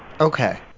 Okay